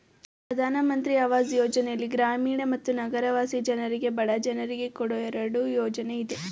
ಪ್ರಧಾನ್ ಮಂತ್ರಿ ಅವಾಜ್ ಯೋಜನೆಯಲ್ಲಿ ಗ್ರಾಮೀಣ ಮತ್ತು ನಗರವಾಸಿ ಜನರಿಗೆ ಬಡ ಜನರಿಗೆ ಕೊಡೋ ಎರಡು ಯೋಜನೆ ಇದೆ